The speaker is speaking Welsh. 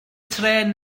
trên